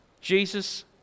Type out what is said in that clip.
Jesus